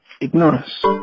Ignorance